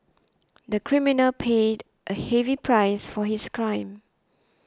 the criminal paid a heavy price for his crime